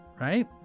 right